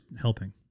helping